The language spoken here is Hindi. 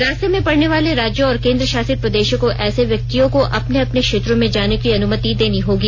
रास्ते में पड़ने वाले राज्यों और केंद्र शासित प्रदेशों को ऐसे व्यक्तियों को अपने अपने क्षेत्रों में जाने की अनुमति देनी होगी